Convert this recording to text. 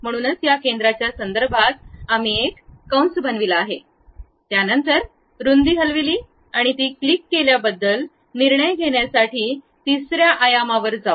म्हणूनच या केंद्राच्या संदर्भात आम्ही एक कंस बनविला आहे त्यानंतर रुंदी हलविली आणि ती क्लिक केल्याबद्दल निर्णय घेण्यासाठी तिसर्या आयामावर जाऊ